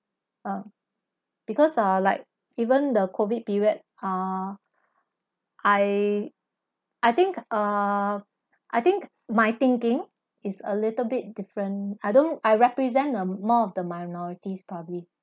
ah because uh like even the COVID period uh I I think uh I think my thinking is a little bit different I don't I represent a more of the minorities probably